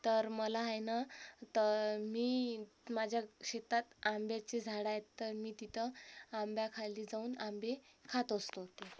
तर मला आहे नं तर मी माझ्या शेतात आंब्याचे झाडं आहेत तर मी तिथं आंब्याखाली जाऊन आंबे खात असतो ती